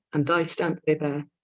and thy stampe they beare,